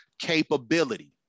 capability